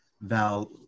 Val